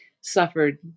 suffered